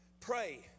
Pray